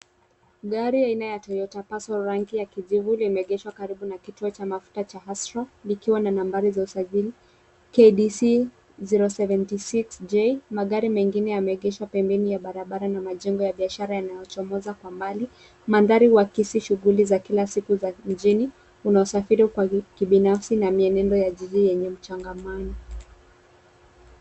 Gari aina ya Toyota Passo rangi ya kijivu limeegeshwa karibu na kituo cha mafuta cha Astra likiwa na nambari za usajili KDC 076J. Magari mengine yameegeshwa pembeni ya barabara na majengo ya biashara yanayochomoza kwa mbali. Mandhari huakisi shughuli za kila siku za mjini, wanaosafiri kwa kibinafsi na mienendo ya jiji yenye mchangamano.